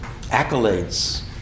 accolades